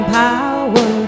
power